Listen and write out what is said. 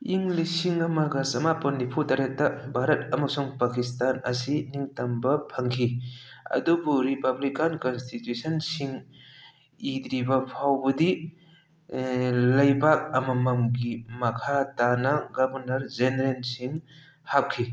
ꯏꯪ ꯂꯤꯁꯤꯡ ꯑꯝꯒ ꯆꯃꯥꯄꯜ ꯃꯅꯤꯐꯨꯇꯔꯦꯠꯇ ꯚꯥꯔꯠ ꯑꯃꯁꯨꯡ ꯄꯥꯀꯤꯁꯇꯥꯟ ꯑꯁꯤ ꯅꯤꯡꯇꯝꯕ ꯐꯪꯈꯤ ꯑꯗꯨꯕꯨ ꯔꯤꯄ꯭ꯂꯥꯕꯤꯀꯥꯟ ꯀꯟꯁꯇꯤꯇ꯭ꯌꯨꯁꯟꯁꯤꯡ ꯏꯗ꯭ꯔꯤꯕ ꯐꯥꯎꯕꯗꯤ ꯂꯩꯕꯥꯛ ꯑꯃꯃꯝꯒꯤ ꯃꯈꯥ ꯇꯥꯅ ꯒꯕꯔꯅꯔ ꯖꯦꯅꯔꯦꯜꯁꯤꯡ ꯍꯥꯞꯈꯤ